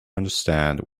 understand